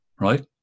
right